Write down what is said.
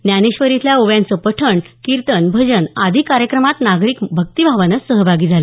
ज्ञानेश्वरीतल्या ओव्यांचं पठण कीर्तन भजन आदी कार्यक्रमात नागरिक भक्तिभावानं सहभागी झाले